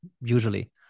usually